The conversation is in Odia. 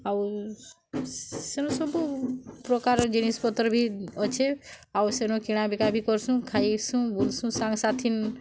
ଆଉ ସେନୁ ସବୁ ପ୍ରକାର୍ର ଜିନିଷ୍ ପତ୍ର ବି ଅଛେ ଆଉ ସେନୁ କିଣା ବିକା ବି କର୍ସୁଁ ଖାଏସୁଁ ବୁଲ୍ସୁଁ ସାଙ୍ଗ ସାଥି